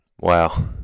Wow